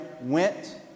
went